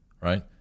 right